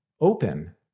open